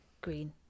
Green